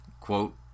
quote